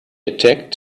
attacked